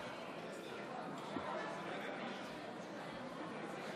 [מס מ/1548,